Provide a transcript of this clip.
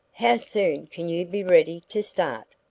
how soon can you be ready to start?